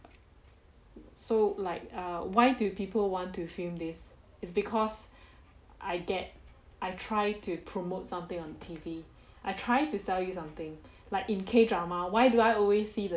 so like err why do people want to film this is because I get I try to promote something on T_V I try to sell you something like in K drama why do I always see the